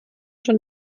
schon